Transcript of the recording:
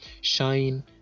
shine